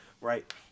right